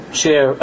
chair